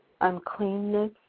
uncleanness